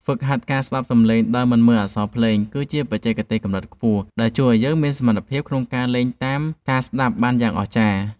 ហ្វឹកហាត់ការស្ដាប់សម្លេងដោយមិនមើលអក្សរភ្លេងគឺជាបច្ចេកទេសកម្រិតខ្ពស់ដែលជួយឱ្យយើងមានសមត្ថភាពក្នុងការលេងតាមការស្ដាប់បានយ៉ាងអស្ចារ្យ។